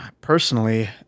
personally